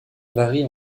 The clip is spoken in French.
varie